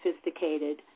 sophisticated